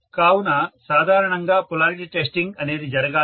కావున సాధారణంగా polarity testing అనేది జరగాలి